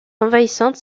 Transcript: envahissante